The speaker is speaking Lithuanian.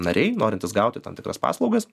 nariai norintys gauti tam tikras paslaugas